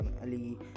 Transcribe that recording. ali